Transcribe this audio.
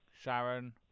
Sharon